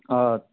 آ